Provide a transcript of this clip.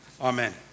Amen